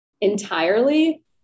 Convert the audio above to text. entirely